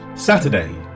Saturday